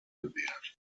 gewählt